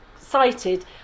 cited